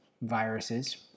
viruses